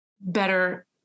better